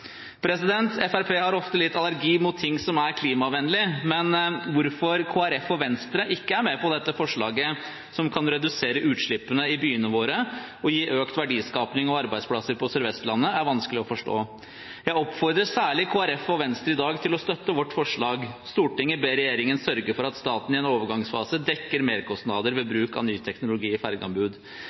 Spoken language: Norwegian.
har ofte litt allergi mot ting som er klimavennlige, men hvorfor Kristelig Folkeparti og Venstre ikke er med på dette forslaget, som kan redusere utslippene i byene våre og gi økt verdiskaping og arbeidsplasser på Sør-Vestlandet, er vanskelig å forstå. Jeg oppfordrer særlig Kristelig Folkeparti og Venstre i dag til å støtte vårt forslag: «Stortinget ber regjeringen sørge for at staten i en overgangsfase dekker merkostnader ved bruk av ny teknologi i fergeanbud.»